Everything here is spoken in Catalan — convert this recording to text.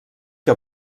que